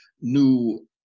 new